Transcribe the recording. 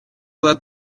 let